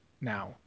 now